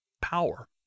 power